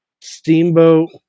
Steamboat